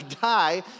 die